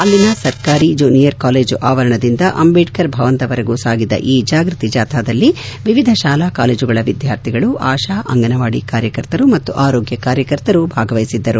ಇಲ್ಲಿನ ಸರ್ಕಾರಿ junior college ಆವರಣದಿಂದ ಅಂಬೇಡ್ಕರ್ ಭವಸದವರೆಗೂ ಸಾಗಿದ ಈ ಅರಿವು ಜಾಥಾದಲ್ಲಿ ವಿವಿಧ ಶಾಲಾ ಕಾಲೇಜುಗಳ ವಿದ್ಯಾರ್ಥಿಗಳು ಆಶಾ ಅಂಗನವಾಡಿ ಮತ್ತು ಆರೋಗ್ಯ ಕಾರ್ಯಕರ್ತರು ಭಾಗವಹಿಸಿದ್ದರು